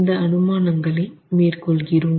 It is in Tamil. இந்த அனுமானங்கள் மேற்கொள்கிறோம்